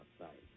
outside